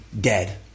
dead